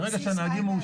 ועל בסיס מה היא מאשרת?